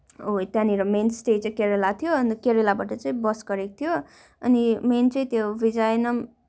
उयो त्यहीँनिर main stay चाहिँ केरला थियो अन्त केरलाबाट चाहिँ बस गरेको थियो अनि मेन चाहिँ त्यो भिजाइनम